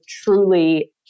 truly